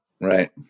right